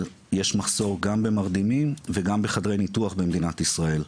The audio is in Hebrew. אבל יש מחסור גם במרדימים וגם בחדרי ניתוח במדינת ישראל.